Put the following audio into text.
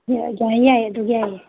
ꯌꯥꯏ ꯌꯥꯏ ꯑꯗꯨ ꯌꯥꯏꯌꯦ